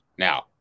Now